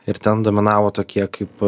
ir ten dominavo tokie kaip